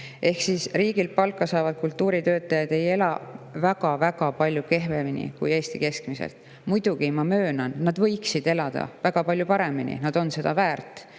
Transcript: Ehk siis riigilt palka saavad kultuuritöötajad ei ela väga-väga palju kehvemini kui Eestis [töötajad] keskmiselt. Muidugi ma möönan, et nad võiksid elada väga palju paremini, nad on seda väärt.